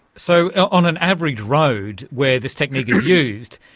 so on an average road where this technique is used,